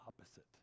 opposite